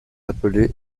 appelés